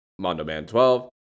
MondoMan12